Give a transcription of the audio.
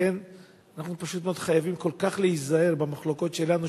לכן אנחנו פשוט מאוד חייבים כל כך להיזהר במחלוקות שלנו,